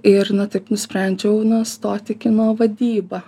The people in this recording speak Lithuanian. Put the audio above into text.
ir na taip nusprendžiau na stot į kino vadybą